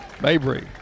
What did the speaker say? Mabry